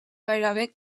gairebé